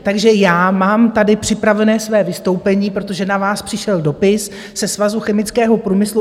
Takže já mám tady připravené své vystoupení, protože na vás přišel dopis ze Svazu chemického průmyslu.